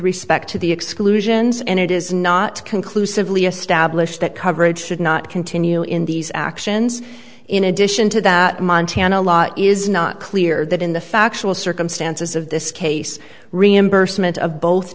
respect to the exclusions and it is not conclusively established that coverage should not continue in these actions in addition to that montana law is not clear that in the factual circumstances of this case reimbursement of both